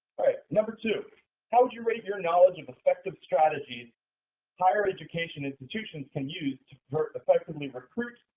right, number two how would you rate your knowledge of effective strategies higher-education institutions can use to effectively recruit,